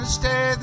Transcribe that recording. stay